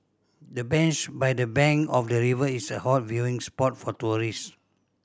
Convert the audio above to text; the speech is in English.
the bench by the bank of the river is a hot viewing spot for tourist